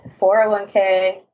401k